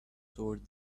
toward